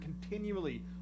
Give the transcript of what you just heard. continually